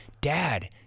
dad